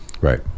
right